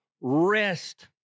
rest